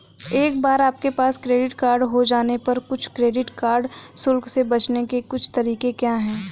एक बार आपके पास क्रेडिट कार्ड हो जाने पर कुछ क्रेडिट कार्ड शुल्क से बचने के कुछ तरीके क्या हैं?